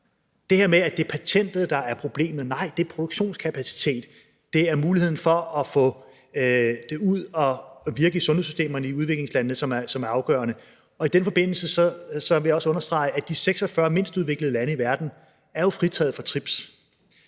det her med at det er patentet, der er problemet: Nej, det er produktionskapaciteten. Det er muligheden for at få det ud at virke i sundhedssystemerne i udviklingslandene, som er afgørende. Og i den forbindelse er det også understreget, at de 46 mindst udviklede lande i verden jo er fritaget fra TRIPS;